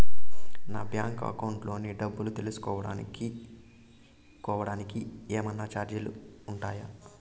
నా bank account లోని డబ్బు తెలుసుకోవడానికి కోవడానికి ఏమన్నా చార్జీలు ఉంటాయా?